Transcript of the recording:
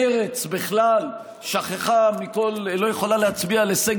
מרצ בכלל שכחה מהכול ולא יכולה להצביע על הישג